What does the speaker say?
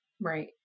Right